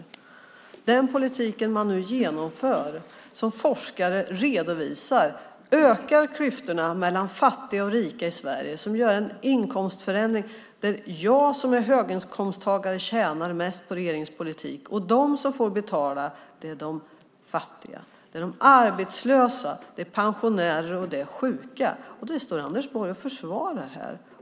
Det är den politik man nu genomför och som forskare redovisar ökar klyftorna mellan fattiga och rika i Sverige och gör en inkomstförändring där jag som är höginkomsttagare tjänar mest på regeringens politik. De som får betala är de fattiga. Det är de arbetslösa, pensionärer och sjuka. Det står Anders Borg och försvarar här.